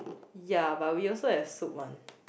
ya but we also have soup one